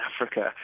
Africa